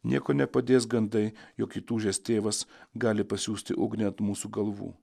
nieko nepadės gandai jog įtūžęs tėvas gali pasiųsti ugnį ant mūsų galvų